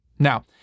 Now